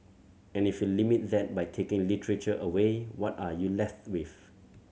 and if you limit that by taking literature away what are you left with